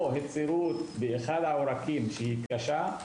או היצרות באחד העורקים קשה,